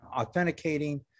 authenticating